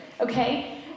Okay